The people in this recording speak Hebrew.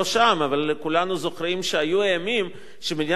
אנחנו כולנו זוכרים שהיו ימים שמדינת ישראל לא רק